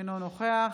אינו נוכח